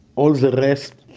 all the rest,